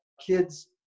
kids